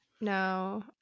No